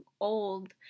old